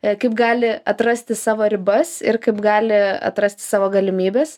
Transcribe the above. kaip gali atrasti savo ribas ir kaip gali atrasti savo galimybes